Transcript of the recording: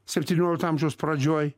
septyniolikto amžiaus pradžioj